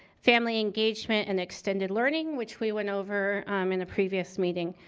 family engagement, and extended learning, which we went over um in a previous meeting.